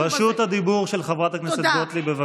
רשות הדיבור של חברת הכנסת גוטליב.